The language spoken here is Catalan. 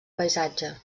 paisatge